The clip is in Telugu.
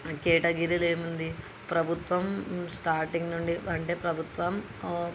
కేటగిరిలో ఏముంది ప్రభుత్వం స్టార్టింగ్ నుండి అంటే ప్రభుత్వం